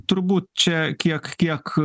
turbūt čia kiek kiek